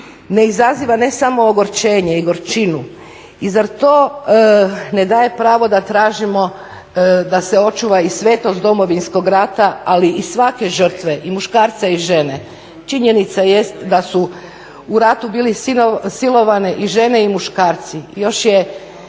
ne izaziva ne samo ogorčenje i gorčinu i zar to ne daje pravo da tražimo da se očuva i svetost Domovinskog rata ali i svake žrtve i muškarce i žene. Činjenica jest da su u ratu bili silovani i žene i muškarci, još je